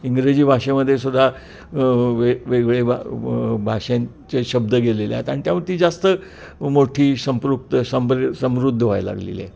इंग्रजी भाषेमध्ये सुद्धा वेगवेगळे भाषांचे शब्द गेलेले आहेत आणि त्यामुळं ती जास्त मोठी संपृक्त स समृद्ध व्हायला लागलेली आहे